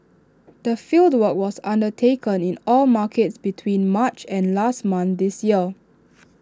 the fieldwork was undertaken in all markets between March and last month this year